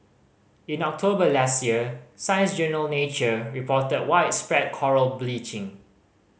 in October last year science journal Nature reported widespread coral bleaching